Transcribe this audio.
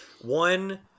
one